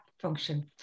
function